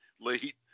late